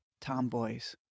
tomboys